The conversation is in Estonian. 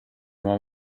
oma